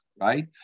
right